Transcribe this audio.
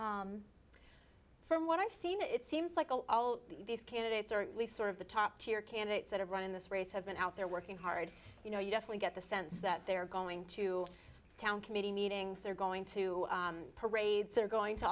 for from what i've seen it seems like all these candidates are really sort of the top tier candidates that have run in this race have been out there working hard you know you definitely get the sense that they're going to town committee meetings they're going to parades they're going to